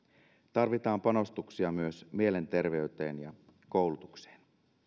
tarvitaan panostuksia myös mielenterveyteen ja koulutukseen